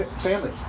family